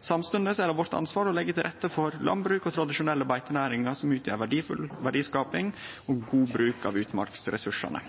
Samstundes er det vårt ansvar å leggje til rette for landbruk og tradisjonelle beitenæringar som utgjer verdifull verdiskaping og god bruk av utmarksressursane.